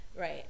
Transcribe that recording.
right